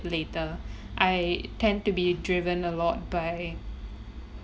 later I tend to be driven a lot by